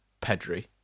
Pedri